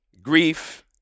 Grief